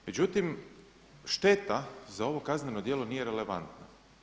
Međutim, šteta za ovo kazneno djelo nije relevantna.